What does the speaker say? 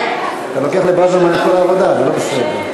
אתה לוקח לברוורמן את כל העבודה, זה לא בסדר.